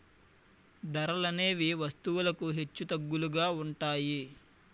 ధరలనేవి వస్తువులకు హెచ్చుతగ్గులుగా ఉంటాయి